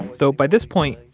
though by this point,